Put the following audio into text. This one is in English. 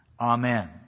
Amen